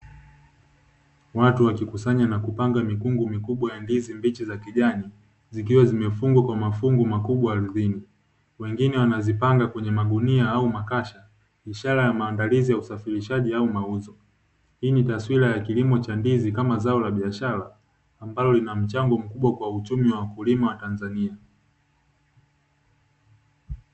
Watu wakikusanya na kupanga mikungu mikubwa ya ndizi mbichi za kijani zikiwa zimefungwa kwa mafungu makubwa ardhini. Wengine wanazipanga kwenye magunia au makasha, ishara ya maandalizi ya usafirishaji au mauzo. Hii ni taswira ya kilimo cha ndizi kama zao la biashara ambalo lina mchango mkubwa kwa uchumi wa wakulima wa Tanzania.